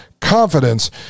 confidence